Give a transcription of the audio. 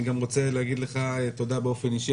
אני גם רוצה להגיד לך תודה באופן אישי,